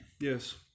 Yes